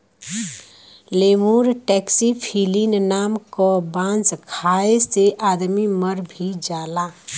lemur taxiphyllin नाम क बांस खाये से आदमी मर भी जाला